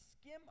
skim